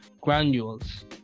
granules